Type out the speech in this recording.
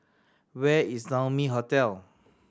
where is Naumi Hotel